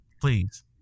please